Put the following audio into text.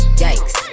yikes